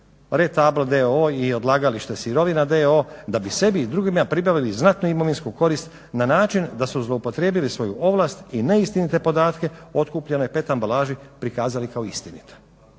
Retable d.o.o. i Odlagalište sirovina d.o.o. da bi sebi i drugima pribavili znatnu imovinsku korist na način da se zloupotrijebili svoju ovlast i neistinite podatke o otkupljenoj PET ambalaži prikazali kao istinite.